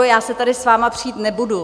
Já se tady s vámi přít nebudu.